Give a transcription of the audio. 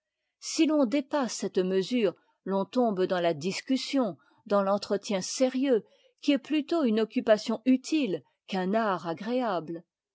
si l'on dépasse cette mesure l'on tombe dans la discussion dans l'entretien sérieux qui est plutôt une occupation utile qu'un art agréable